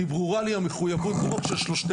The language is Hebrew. כי ברורה לי המחוייבות לא רק של שלושתנו,